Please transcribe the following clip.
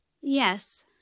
Yes